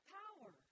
power